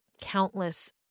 countless